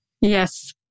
Yes